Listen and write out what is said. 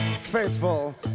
faithful